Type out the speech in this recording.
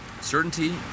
certainty